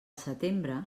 setembre